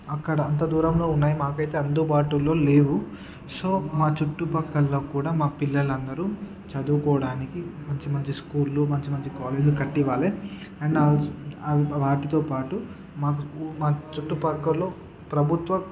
అక్కడ అంత దూరంలో ఉన్నాయి మాకైతే అందుబాటులో లేవు సో మా చుట్టుపక్కల కూడా మా పిల్లలందరూ చదువుకోడానికి మంచి మంచి స్కూల్లు మంచి మంచి కాలేజీలు కట్టి ఇవ్వాలి అండ్ ఆల్ వాటితోపాటు మాకు మా చుట్టుపక్కల ప్రభుత్వ